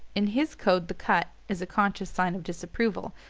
in his code the cut, as a conscious sign of disapproval,